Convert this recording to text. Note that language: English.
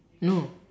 no